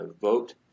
Vote